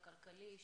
הכלכליים,